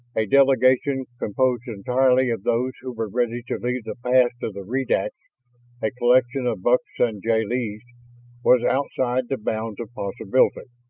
a delegation composed entirely of those who were ready to leave the past of the redax a collection of bucks and jil-lees was outside the bounds of possibility. but